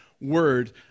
word